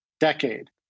decade